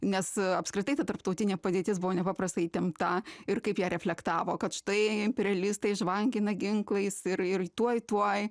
nes apskritai ta tarptautinė padėtis buvo nepaprastai įtempta ir kaip ją reflektavo kad štai imperealistai žvangina ginklais ir ir tuoj tuoj